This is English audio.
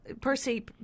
Percy